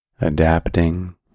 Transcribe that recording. adapting